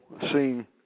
seeing